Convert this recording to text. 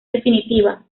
definitiva